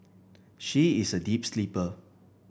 she is a deep sleeper